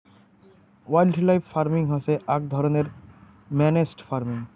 wildlife farming হসে আক ধরণের ম্যানেজড ফার্মিং